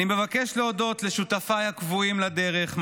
אני מבקש להודות לשותפיי הקבועים לדרך,